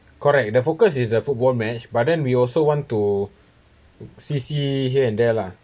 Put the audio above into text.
correct the focus is a football match but then we also want to see see here and there lah